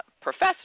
professor